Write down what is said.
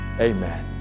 amen